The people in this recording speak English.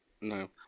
no